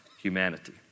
humanity